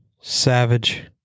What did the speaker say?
Savage